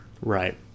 Right